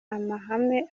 amahame